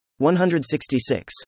166